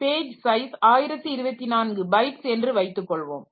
page size 1024 bytes என்று வைத்துக்கொள்வோம்